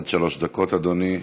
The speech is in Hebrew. עד שלוש דקות, אדוני.